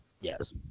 Yes